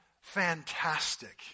fantastic